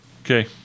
Okay